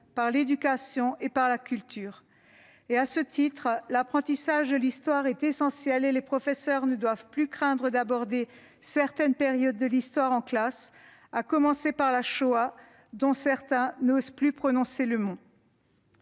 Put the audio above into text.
par l'éducation et par la culture. À ce titre, l'apprentissage de l'histoire est essentiel, et les professeurs ne doivent plus craindre d'aborder certaines périodes en classe, à commencer par la Shoah, dont certains n'osent plus prononcer le nom.